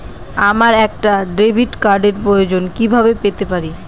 আমার একটা ডেবিট কার্ডের প্রয়োজন কিভাবে পেতে পারি?